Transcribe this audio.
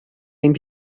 این